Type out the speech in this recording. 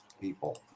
people